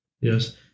Yes